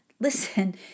Listen